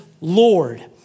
Lord